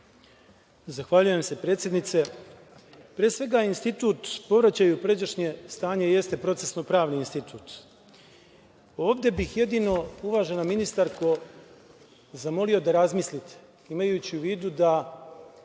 Zahvaljujem se predsednice. Pre svega institut povraćaj u pređašnje stanje jeste procesno pravni institut. Ovde bih jedino uvažena ministarko zamolio da razmislite, imajući u vidu da